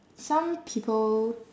some people